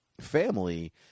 family